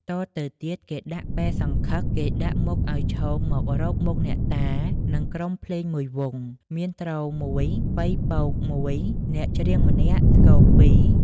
តទៅទៀត គេដាក់ពែសង្ឃឹក គេដាក់មុខឲ្យឈមមករកមុខអ្នកតា និងក្រុមភ្លេង ១វង់ មានទ្រ ១ ប៉ី ពក ១ អ្នកច្រៀងម្នាក់ ស្គរ ២ ។